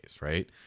right